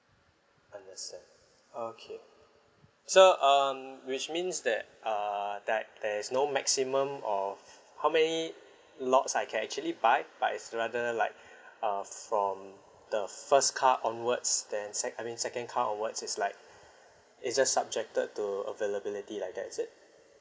understand okay so um which means that uh that there is no maximum of how many lots I can actually buy but it's rather like err from the first car onwards then sec~ I mean second car onwards it's like it's just subjected to availability like that is it